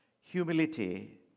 humility